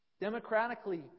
Democratically